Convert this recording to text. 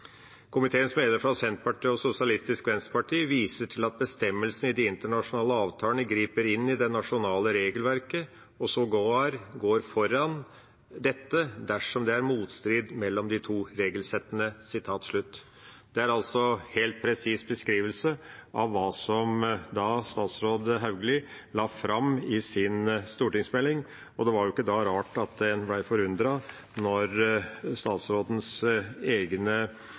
fra Senterpartiet og Sosialistisk Venstreparti viser til at bestemmelsene i de internasjonale avtalene griper inn i det nasjonale regelverket og sågar går foran dette dersom det er motstrid mellom de to regelsettene.» Det er altså en helt presis beskrivelse av hva statsråd Hauglie la fram i sin stortingsmelding, og det er jo ikke rart at en ble forundret da statsrådens egne